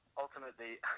ultimately